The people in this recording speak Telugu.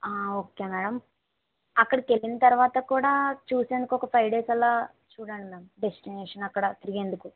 ఓకే మేడం అక్కడికి వెళ్ళిన తరువాత కూడా చూసేందుకు ఒక ఫైవ్ డేస్ అలా చూడండి మ్యామ్ డెస్టినేషన్ అక్కడ తిరిగేందుకు